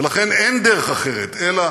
ולכן, אין דרך אחרת, אלא